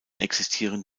existieren